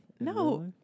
No